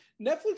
Netflix